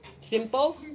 simple